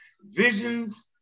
visions